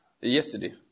yesterday